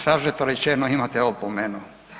Sažeto rečeno, imate opomenu.